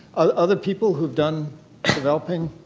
other people who've done developing?